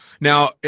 Now